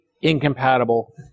incompatible